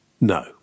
No